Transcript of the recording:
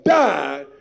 died